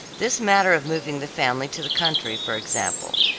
this matter of moving the family to the country, for example.